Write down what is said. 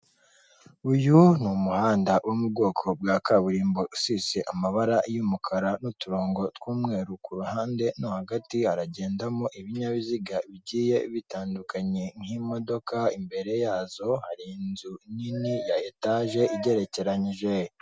Uyu ni umuhanda wo mu bwoko bwa kaburimbo usize amabara y'umukara n'uturongo tw'umweru, ku ruhande no hagati haragendamo ibinyabiziga bigiye bitandukanye nk'imodoka, imbere yazo hari inzu nini ya etage igerekeranyije.